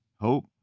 hope